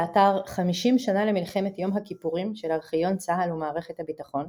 באתר "50 שנה למלחמת יום הכיפורים" של ארכיון צה"ל ומערכת הביטחון